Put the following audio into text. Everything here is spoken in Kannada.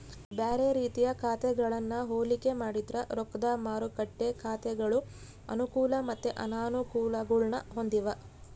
ಬ್ಯಾರೆ ರೀತಿಯ ಖಾತೆಗಳನ್ನ ಹೋಲಿಕೆ ಮಾಡಿದ್ರ ರೊಕ್ದ ಮಾರುಕಟ್ಟೆ ಖಾತೆಗಳು ಅನುಕೂಲ ಮತ್ತೆ ಅನಾನುಕೂಲಗುಳ್ನ ಹೊಂದಿವ